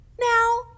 now